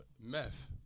Meth